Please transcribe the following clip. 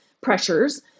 pressures